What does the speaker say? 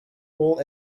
all